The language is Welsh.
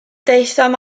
daethom